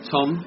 Tom